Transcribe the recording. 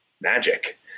magic